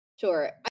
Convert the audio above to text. Sure